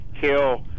kill